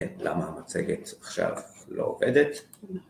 ‫למה המצגת עכשיו לא עובדת.